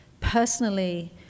personally